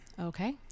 Okay